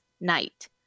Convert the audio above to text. night